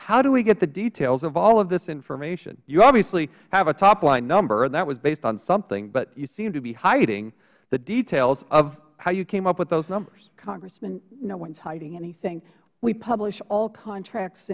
how do we get the details of all of this information you obviously have a topline number and that was based on something but you seem to be hiding the details of how you came up with those numbers ms warren congressman no one is hiding anything we publish all contracts